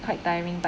quite tiring but